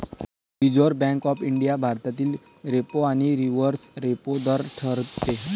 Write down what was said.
reserve bank of India भारतातील repo आणि reverse repo दर ठरवते